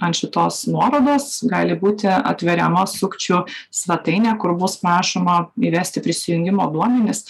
ant šitos nuorodos gali būti atveriama sukčių svetainė kur bus prašoma įvesti prisijungimo duomenis